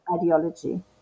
ideology